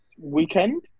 weekend